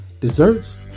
desserts